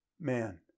man